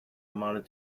amounted